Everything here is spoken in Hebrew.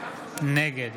נגד